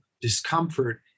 discomfort